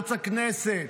בערוץ הכנסת,